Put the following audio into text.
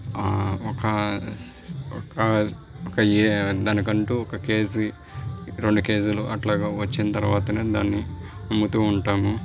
ఒక ఒక ఏ దానికి అంటు ఒక కేజీ రెండు కేజీలు అట్లా వచ్చిన తర్వాత దాన్ని అమ్ముతు ఉంటాము